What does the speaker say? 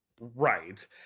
right